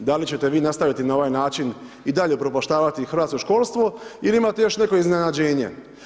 Da li ćete vi nastaviti na ovaj način i dalje upropaštavati hrvatsko školstvo ili imate još neko iznenađenje?